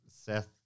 Seth